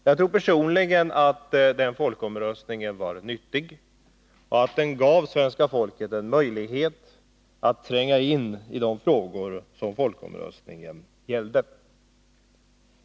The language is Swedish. Jag tror personligen att den folkomröstningen var nyttig och att den gav svenska folket en möjlighet att tränga in i de frågor som folkomröstningen gällde.